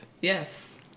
Yes